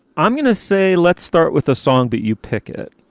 i'm gonna say let's start with a song that you pick it.